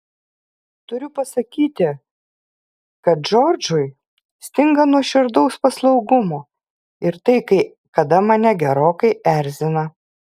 turiu pasakyti kad džordžui stinga nuoširdaus paslaugumo ir tai kai kada mane gerokai erzina